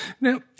Now